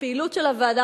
הפעילות של הוועדה,